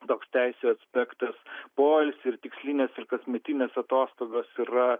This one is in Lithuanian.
toks teisių aspektas poilsiai ir tikslinės ir kasmetinės atostogos yra